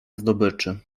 zdobyczy